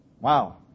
Wow